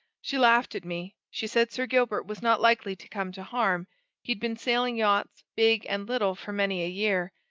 she laughed at me. she said sir gilbert was not likely to come to harm he'd been sailing yachts, big and little, for many a year,